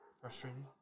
Frustrating